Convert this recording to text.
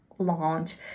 launch